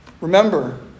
Remember